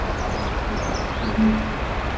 and as it turned out, he was disappointed